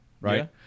right